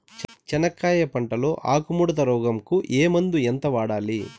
చెనక్కాయ పంట లో ఆకు ముడత రోగం కు ఏ మందు ఎంత వాడాలి?